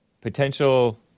potential